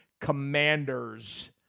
commanders